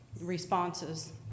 responses